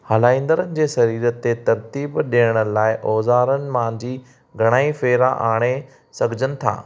हलाईंदड़नि जे सरीर खे तरतीब ॾियण लाइ औज़ारनि मंझि घणईं फ़ेरा आणे सघिजनि था